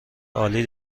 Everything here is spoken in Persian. عالی